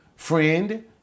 friend